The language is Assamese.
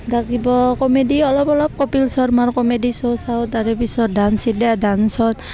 থাকিব কমেডি অলপ অলপ কপিল শৰ্মাৰ কমেডি শ্ব' চাওঁ তাৰেপিছত ডান্স ইণ্ডিয়া ডান্সত